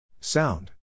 Sound